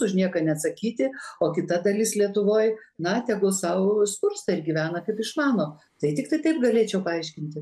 už nieką neatsakyti o kita dalis lietuvoj na tegu sau skursta ir gyvena kaip išmano tai tiktai taip galėčiau paaiškinti